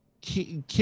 kid